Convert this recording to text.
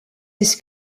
ist